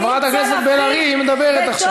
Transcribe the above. חברת הכנסת בן ארי, היא מדברת עכשיו.